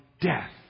death